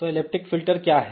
तो elliptic filter क्या है